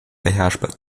beherrschbar